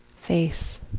face